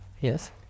Yes